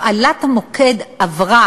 הפעלת המוקד עברה